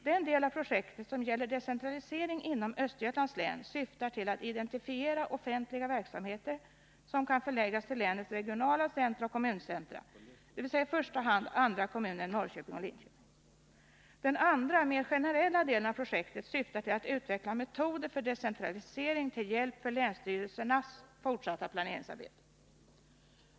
Den del av projektet som gäller decentralisering inom Östergötlands län syftar till att identifiera offentliga verksamheter som kan förläggas till länets regionala centra och länets kommuncentra, dvs. i första hand andra kommuner än Norrköping och Linköping. Den andra, mer generella delen av projektet syftar till att utveckla metoder för decentralisering till hjälp för länsstyrelsernas fortsatta planeringsarbete.